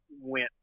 went